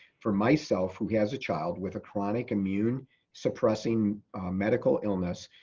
for myself who has a child with a chronic immune suppressing medical illness,